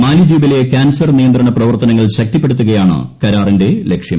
മാലിദ്ധീപിലെ cancer നിയന്ത്രണ പ്രവർത്തനങ്ങൾ ശക്തിപ്പെടുത്തുകയാണ് കരാറിന്റെ ലക്ഷ്യം